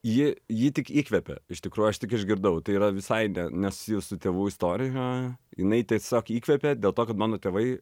ji jį tik įkvėpė iš tikrųjų aš tik išgirdau tai yra visai ne nes jūsų tėvų istorija jinai tiesiog įkvepė dėl to kad mano tėvai